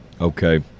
Okay